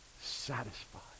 satisfied